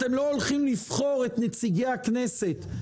אתם לא הולכים לבחור את נציגי הכנסת.